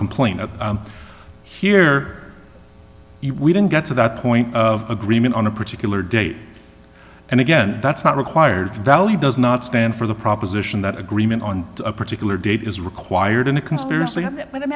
complain of here we didn't get to that point of agreement on a particular date and again that's not required for value does not stand for the proposition that agreement on a particular date is required in a conspiracy but i'm